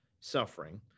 suffering